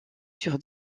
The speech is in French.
sur